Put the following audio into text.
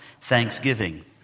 thanksgiving